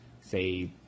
say